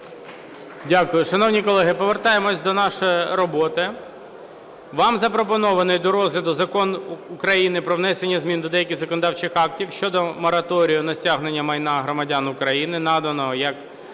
Дякую. Шановні колеги, повертаємось до нашої роботи. Вам запропонований до розгляду Закон України "Про внесення змін до деяких законодавчих актів щодо мораторію на стягнення майна громадян України, наданого як